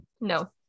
No